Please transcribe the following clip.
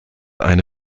eine